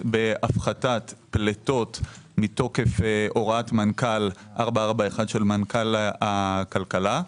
בהפחתת פליטות מתוקף הוראת מנכ"ל 441 של מנכ"ל הכלכלה.